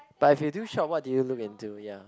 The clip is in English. but if you do shop what do you look into ya